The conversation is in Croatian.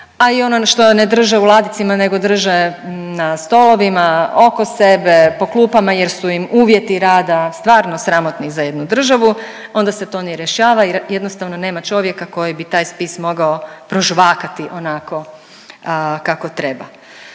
a i ono što ne drže u ladicama nego drže na stolovima, oko sebe, po klupama jer su im uvjeti rada stvarno sramotni za jednu državu onda se to ne rješava i jednostavno nema čovjeka koji bi taj spis mogao prožvakati onako kako treba.